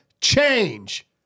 change